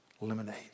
lemonade